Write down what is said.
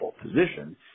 position